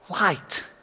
light